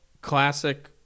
classic